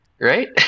Right